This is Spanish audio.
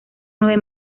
nueve